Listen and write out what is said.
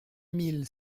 mille